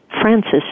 Francis